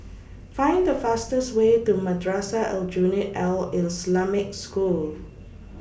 Find The fastest Way to Madrasah Aljunied Al Islamic School